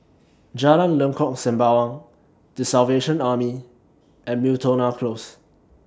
Jalan Lengkok Sembawang The Salvation Army and Miltonia Close